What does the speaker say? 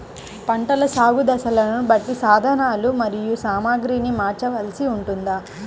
పంటల సాగు దశలను బట్టి సాధనలు మరియు సామాగ్రిని మార్చవలసి ఉంటుందా?